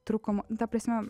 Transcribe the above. trūkumo ta prasme